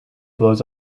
blows